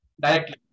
directly